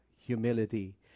humility